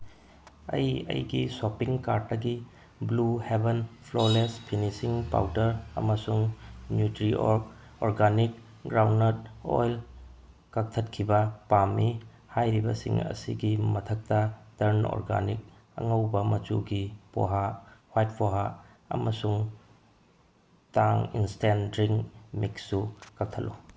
ꯑꯩ ꯑꯩꯒꯤ ꯁꯣꯞꯄꯤꯡ ꯀꯥꯔꯠꯇꯒꯤ blue heaven flawless finishing powder ꯑꯃꯁꯨꯡ Nutriorg organic ground nut oil ꯀꯛꯊꯠꯈꯤꯕ ꯄꯥꯝꯃꯤ ꯍꯥꯏꯔꯤꯕꯁꯤꯡ ꯑꯁꯤꯒꯤ ꯃꯊꯛꯇ ꯇꯔꯟ ꯑꯣꯔꯒꯥꯅꯤꯛ ꯑꯉꯧꯕ ꯃꯆꯨꯒꯤ ꯄꯣꯍꯥ ꯍ꯭ꯋꯥꯏꯠ ꯄꯣꯍꯥ ꯑꯃꯁꯨꯡ ꯇꯥꯡ ꯏꯟꯁꯇꯦꯟ ꯗ꯭ꯔꯤꯡ ꯃꯤꯛꯁꯁꯨ ꯀꯛꯊꯠꯂꯨ